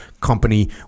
company